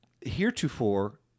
heretofore